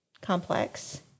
complex